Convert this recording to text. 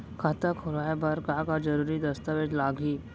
खाता खोलवाय बर का का जरूरी दस्तावेज लागही?